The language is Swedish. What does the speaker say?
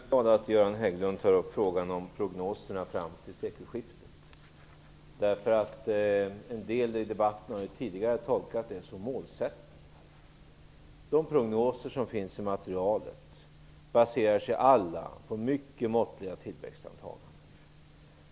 Fru talman! Jag är glad att Göran Hägglund tar upp frågan om prognoserna fram till sekelskiftet. En del har tidigare i debatten tolkat dessa som målsättningar. De prognoser som finns i materialet baserar sig alla på mycket måttliga tillväxtantaganden.